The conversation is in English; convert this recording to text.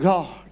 God